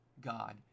God